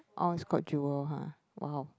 oh it's called Jewel !huh! !wow!